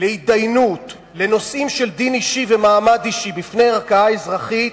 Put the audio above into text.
להתדיינות בנושאים של דין אישי ומעמד אישי בפני ערכאה אזרחית,